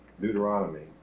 Deuteronomy